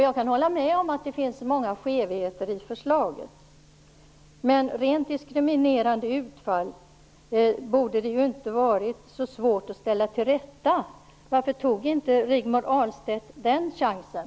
Jag kan hålla med om att det finns många skevheter i förslaget. Men rent diskriminerande utfall borde det ju inte ha varit så svårt att ställa till rätta. Varför tog Rigmor Ahlstedt inte den chansen?